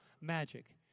magic